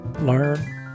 learn